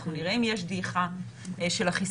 אנחנו נראה אם יש דעיכה של החיסון.